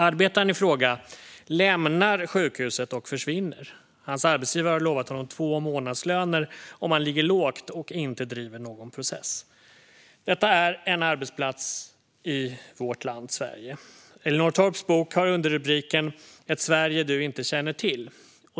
Arbetaren i fråga lämnar sjukhuset och försvinner. Hans arbetsgivare har lovat honom två månadslöner om han ligger lågt och inte driver någon process. Detta är en arbetsplats i vårt land, Sverige. Elinor Torps bok har underrubriken ett Sverige du inte känner till .